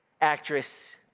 actress